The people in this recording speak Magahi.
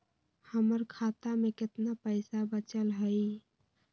हमर खाता में केतना पैसा बचल हई?